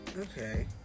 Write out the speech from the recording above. Okay